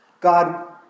God